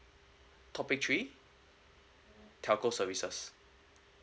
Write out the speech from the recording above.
topic three telco services